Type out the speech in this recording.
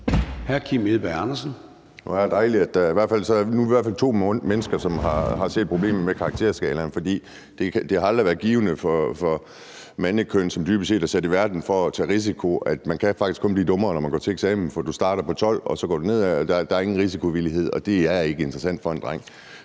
Hvor er det dejligt, at der nu i hvert fald er to mennesker, der har set problemerne med karakterskalaen. For det har aldrig været givende for mandekønnet, som dybest set er sat i verden for at tage en risiko, at man faktisk kun kan blive dummere, når man går til eksamen, for man starter på karakteren 12, og så går man nedad. Der er ingen risikovillighed, og det er ikke interessant for en dreng.